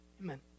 Amen